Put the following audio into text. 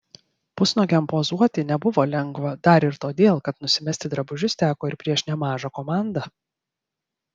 pusnuogiam pozuoti nebuvo lengva dar ir todėl kad nusimesti drabužius teko ir prieš nemažą komandą